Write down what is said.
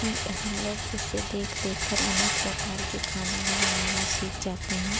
नहीं हम लोग उससे देख देखकर अनेक प्रकार के खाने भी बनाना सीख जाते हैं